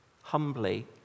humbly